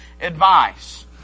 advice